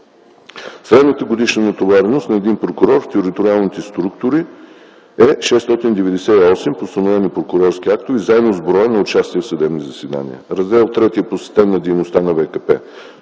Средната годишна натовареност на един прокурор в териториалните структури – 698 постановени прокурорски актове, заедно с броя участия в съдебни заседания. Раздел III е посветен на дейността на ВКП.